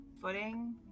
footing